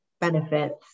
benefits